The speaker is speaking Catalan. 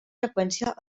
freqüència